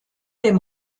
dem